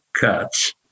cuts